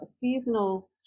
seasonal